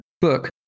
book